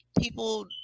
people